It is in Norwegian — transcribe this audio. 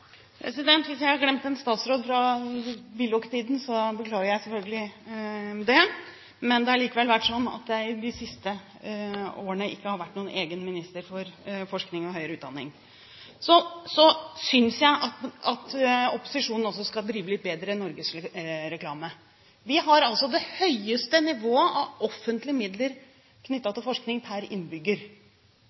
Hvis jeg har glemt en statsråd fra Willoch-tiden, beklager jeg selvfølgelig det. Det har likevel vært slik at det i de siste årene ikke har vært noen egen minister for forskning og høyere utdanning. Så synes jeg at opposisjonen også skal drive litt bedre norgesreklame. Vi har det høyeste nivået av offentlige midler knyttet til forskning per innbygger